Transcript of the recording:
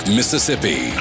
Mississippi